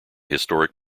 historic